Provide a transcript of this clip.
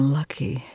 lucky